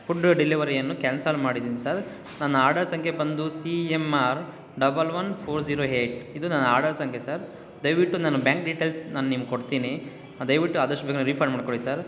food ಡೆಲಿವರಿಯನ್ನು cancel ಮಾಡಿದ್ದೀನಿ sir ನನ್ನ ಆರ್ಡರ್ ಸಂಖ್ಯೆ ಬಂದು C M R double one four zero eight ಇದು ನನ್ನ ಆರ್ಡರ್ ಸಂಖ್ಯೆ ಸರ್ ದಯವಿಟ್ಟು ನನ್ನ ಬ್ಯಾಂಕ್ ಡಿಟೇಲ್ಸ್ ನಾನು ನಿಮ್ಗೆ ಕೊಡ್ತೀನಿ ದಯವಿಟ್ಟು ಆದಷ್ಟು ಬೇಗನೇ ರಿಫಂಡ್ ಮಾಡಿಕೊಡಿ ಸರ್